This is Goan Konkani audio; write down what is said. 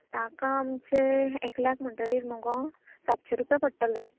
ताका आमचे एकल्याक म्हणटरीर मुगो सातशीं रुपया पडटले